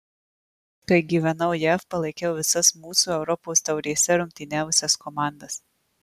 kai gyvenau jav palaikiau visas mūsų europos taurėse rungtyniavusias komandas